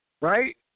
right